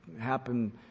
happen